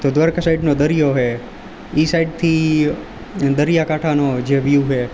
તો દ્વારકા સાઈડનો દરિયો છે એ સાઈડથી દરિયાકાંઠાનો જે વ્યૂ છે